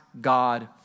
God